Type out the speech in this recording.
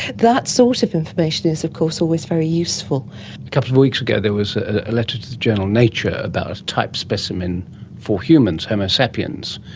that sort of information is of course always very useful. a couple of weeks ago there was a letter to the journal nature about a type specimen for humans, homo sapiens,